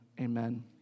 Amen